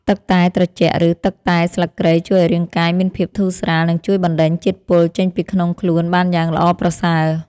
ទឹកតែត្រជាក់ឬទឹកតែស្លឹកគ្រៃជួយឱ្យរាងកាយមានភាពធូរស្រាលនិងជួយបណ្ដេញជាតិពុលចេញពីក្នុងខ្លួនបានយ៉ាងល្អប្រសើរ។